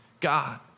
God